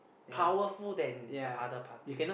powerful than the other party